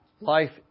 life